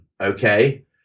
okay